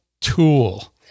tool